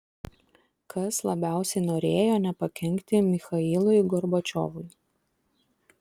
kas labiausiai norėjo nepakenkti michailui gorbačiovui